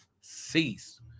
cease